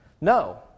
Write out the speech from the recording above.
No